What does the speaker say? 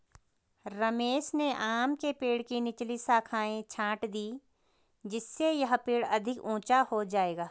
रमेश ने आम के पेड़ की निचली शाखाएं छाँट दीं जिससे यह पेड़ अधिक ऊंचा हो जाएगा